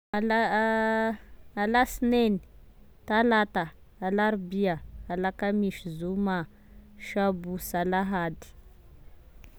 Ala a alasinainy, talata, alarobia, alakamisy, zoma, sabosy, alahady